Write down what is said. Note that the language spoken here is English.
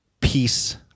peace